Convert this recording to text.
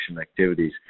activities